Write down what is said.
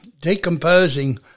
decomposing